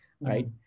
right